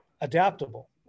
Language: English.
adaptable